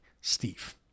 Steve